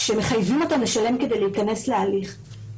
שמחייבים אותם לשלם כדי להיכנס להליך.